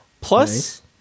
plus